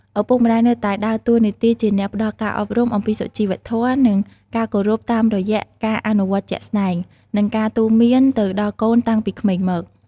ឪពុកម្ដាយនៅតែដើរតួនាទីជាអ្នកផ្ដល់ការអប់រំអំពីសុជីវធម៌ និងការគោរពតាមរយៈការអនុវត្តជាក់ស្ដែង និងការទូន្មានទៅដល់កូនតាំងពីក្មេងមក។